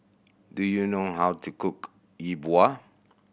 do you know how to cook Yi Bua